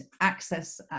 access